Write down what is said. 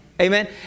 Amen